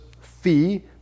fee